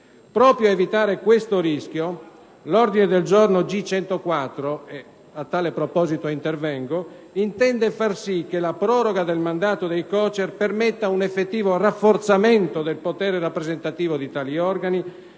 Proprio a evitare questo rischio, l'ordine del giorno G104 intende far sì che la proroga del mandato dei COCER permetta un effettivo rafforzamento del potere rappresentativo di tali organi,